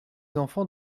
enfants